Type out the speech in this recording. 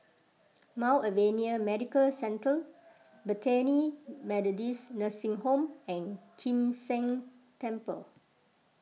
Mount Alvernia Medical Centre Bethany Methodist Nursing Home and Kim San Temple